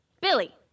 Billy